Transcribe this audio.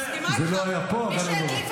זה לא היה פה, אבל לא נורא.